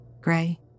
gray